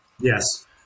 Yes